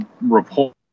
report